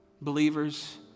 Believers